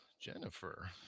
Jennifer